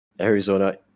Arizona